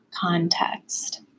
context